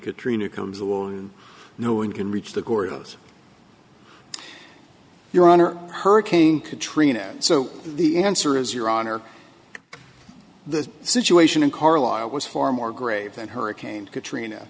katrina comes alone no one can reach the gordo's your honor hurricane katrina so the answer is your honor the situation in carlisle was far more grave and hurricane katrina